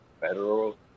federal